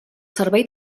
servei